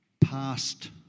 past